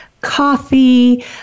coffee